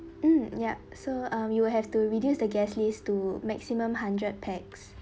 mm yup so um you will have to reduce the guest list to maximum hundred pax